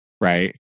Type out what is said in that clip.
Right